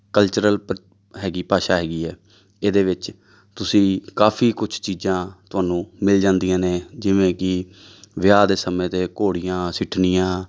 cultural ਪ ਹੈਗੀ ਭਾਸ਼ਾ ਹੈਗੀ ਆ ਇਹਦੇ ਵਿੱਚ ਤੁਸੀਂ ਕਾਫ਼ੀ ਕੁਛ ਚੀਜ਼ਾਂ ਤੁਹਾਨੂੰ ਮਿਲ ਜਾਂਦੀਆਂ ਨੇ ਜਿਵੇਂ ਕਿ ਵਿਆਹ ਦੇ ਸਮੇਂ 'ਤੇ ਘੋੜੀਆਂ ਸਿੱਠਣੀਆਂ